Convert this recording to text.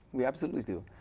we absolutely do.